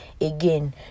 again